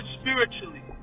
spiritually